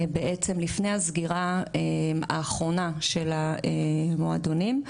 בעצם לפני הסגירה האחרונה של המועדונים.